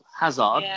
Hazard